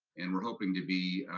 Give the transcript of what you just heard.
and we're hoping to be,